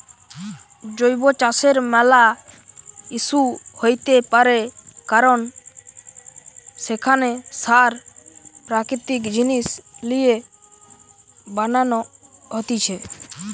জৈব চাষের ম্যালা ইস্যু হইতে পারে কারণ সেখানে সার প্রাকৃতিক জিনিস লিয়ে বানান হতিছে